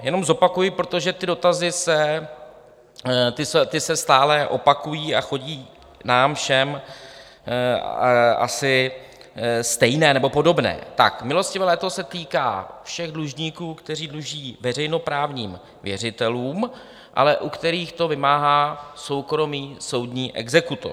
Jenom zopakuji, protože dotazy se stále opakují a chodí nám všem asi stejné nebo podobné: milostivé léto se týká všech dlužníků, kteří dluží veřejnoprávním věřitelům, ale u kterých to vymáhá soukromý soudní exekutor.